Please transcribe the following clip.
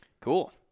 Cool